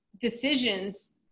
decisions